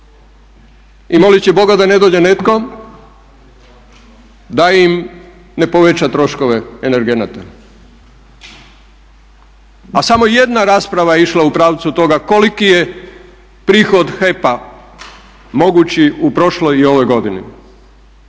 I molit će Boga da ne dođe netko da im ne poveća troškove energenata. A samo jedna rasprava je išla u pravcu toga koliki je prihod HEP-a mogući u prošloj i ovoj godini